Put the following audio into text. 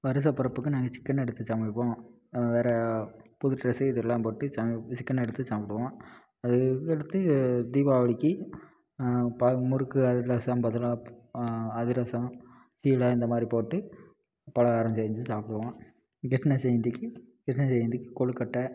வருட பிறப்புக்கு நாங்கள் சிக்கன் எடுத்து சமைப்போம் வேறு புது ட்ரெஸ்ஸு இது எல்லாம் போட்டு சமை இது சிக்கன் எடுத்து சாப்பிடுவோம் அது இதுக்கடுத்து தீபாவளிக்கு பல முறுக்கு அதிரசம் பார்த்தீன்னா அதிரசம் சீடை இந்த மாதிரி போட்டு பலகாரம் செஞ்சு சாப்பிடுவோம் கிருஷ்ண ஜெயந்திக்கு கிருஷ்ண ஜெயந்திக்கு கொலுக்கட்டை